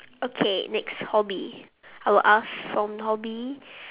okay next hobby I'll ask from hobby